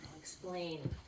explain